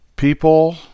people